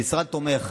המשרד תומך